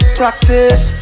practice